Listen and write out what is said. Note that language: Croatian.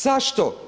Zašto?